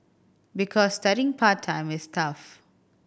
because studying part time is tough